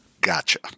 Gotcha